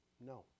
No